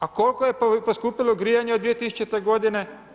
A koliko je poskupilo grijanje od 2000. godine?